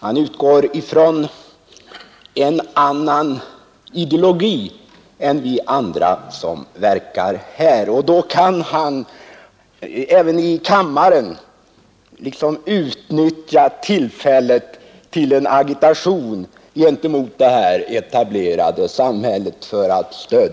Han utgår från en annan ideologi än vi andra som verkar här, och då kan han för att stödja sin ideologi även här i kammaren utnyttja tillfället till agitation gentemot det etablerade samhället.